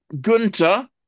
Gunter